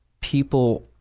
people